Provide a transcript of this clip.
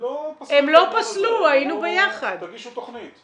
לא פסלו את הדבר הזה, הם אמרו תגישו תכנית.